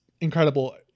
incredible